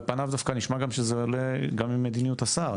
על פניו דווקא נשמע שזה עולה גם עם מדיניות השר.